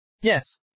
Yes